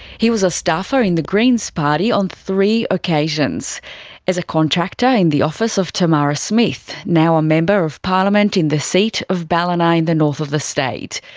he was a staffer in the greens party on three occasions as a contractor in the office of tamara smith, now a member of parliament in the seat of ballina in the north of the state,